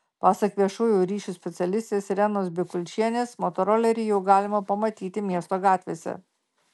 pasak viešųjų ryšių specialistės irenos bikulčienės motorolerį jau galima pamatyti miesto gatvėse